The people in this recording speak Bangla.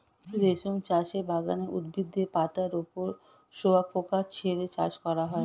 রেশম চাষের বাগানে উদ্ভিদের পাতার ওপর শুয়োপোকা ছেড়ে চাষ করা হয়